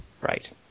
right